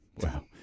wow